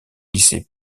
lycée